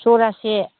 जरासे